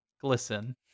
glisten